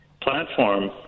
platform